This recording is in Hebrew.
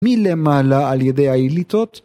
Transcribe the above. מי למעלה על ידי האליטות?